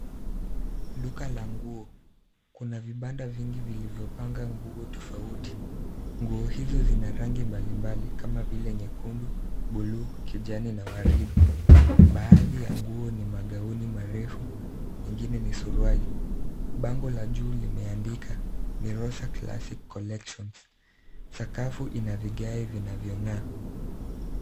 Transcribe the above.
Duka la nguo. Kuna vibanda vingi vilivyopanga nguo tofauti. Nguo hizo zina rangi mbalimbali kama vile nyekundu, blue , kijani na waridi. Baadhi ya nguo ni magauni marefu, ingine ni suruali. Bango la juu limeandika: Mirosa Classic Collections. Sakafu ina vigae vinavyong'aa.